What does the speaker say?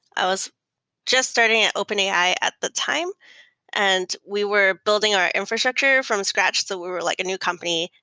i was just starting at openai at the time and we were building our infrastructure from scratch. so we were like a new company.